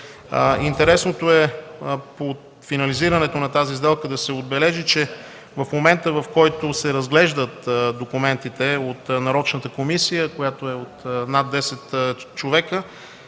Интересното по финализирането на тази сделка е да се отбележи, че в момента, в който се разглеждат документите от нарочната комисия, която е от над 10 човека,